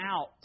out